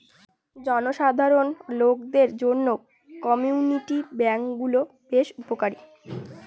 জনসাধারণ লোকদের জন্য কমিউনিটি ব্যাঙ্ক গুলো বেশ উপকারী